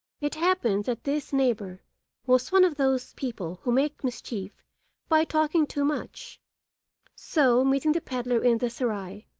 it happened that this neighbour was one of those people who make mischief by talking too much so, meeting the pedlar in the serai,